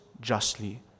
justly